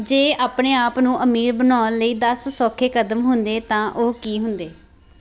ਜੇ ਆਪਣੇ ਆਪ ਨੂੰ ਅਮੀਰ ਬਣਾਉਣ ਲਈ ਦਸ ਸੌਖੇ ਕਦਮ ਹੁੰਦੇ ਤਾਂ ਉਹ ਕੀ ਹੁੰਦੇ